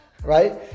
Right